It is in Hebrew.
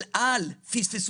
אל על פספסו.